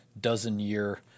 dozen-year